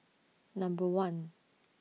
Number one